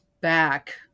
back